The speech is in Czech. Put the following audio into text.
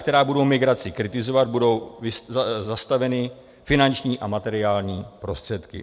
Médiím, která budou migraci kritizovat, budou zastaveny finanční a materiální prostředky.